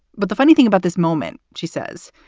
but the funny thing about this moment, she says,